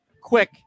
quick